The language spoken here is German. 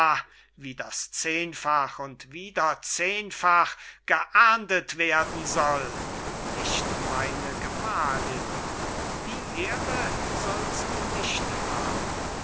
wie das zehnfach und wieder zehnfach geahndet werden soll nicht meine gemahlinn die ehre sollst du nicht haben